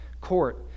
court